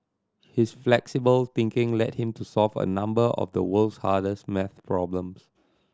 his flexible thinking led him to solve a number of the world's hardest maths problems